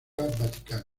vaticana